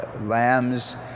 lambs